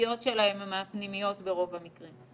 התשתיות שלהם מהפנימיות ברוב המקרים.